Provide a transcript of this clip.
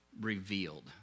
revealed